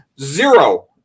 zero